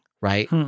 right